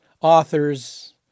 authors